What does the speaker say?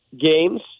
games